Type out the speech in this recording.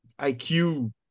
IQ